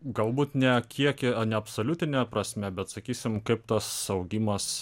galbūt ne kiekį ne absoliutine prasme bet sakysim kaip tas augimas